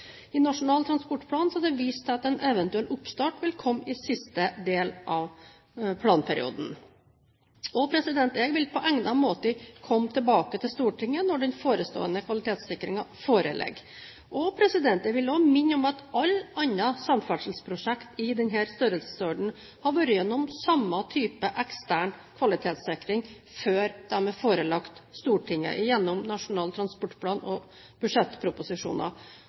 i Nasjonal transportplan for 2010–2019. I Nasjonal transportplan er det vist til at en eventuell oppstart vil komme i siste del av planperioden. Jeg vil på egnet måte komme tilbake til Stortinget når den forestående kvalitetssikringen foreligger. Jeg vil også minne om at alle andre samferdselsprosjekter i denne størrelsesordenen har vært igjennom samme type ekstern kvalitetssikring før de er forelagt Stortinget gjennom Nasjonal transportplan og budsjettproposisjoner.